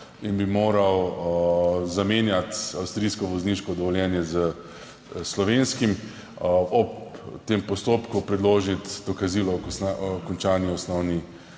in bi moral zamenjati avstrijsko vozniško dovoljenje s slovenskim, ob tem postopku predložiti dokazilo o končani osnovni